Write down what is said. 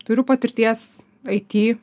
turiu patirties aity